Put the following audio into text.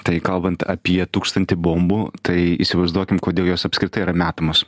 tai kalbant apie tūkstantį bombų tai įsivaizduokim kodėl jos apskritai yra metamos